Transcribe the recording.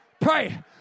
Pray